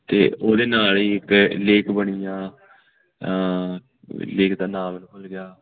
ਅਤੇ ਉਹਦੇ ਨਾਲ ਹੀ ਇੱਕ ਲੇਕ ਬਣੀ ਆ ਲੇਕ ਦਾ ਨਾਮ ਮੈਨੂੰ ਭੁੱਲ ਗਿਆ